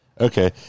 Okay